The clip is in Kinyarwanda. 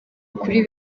ukuri